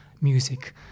music